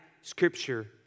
scripture